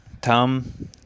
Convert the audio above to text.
tom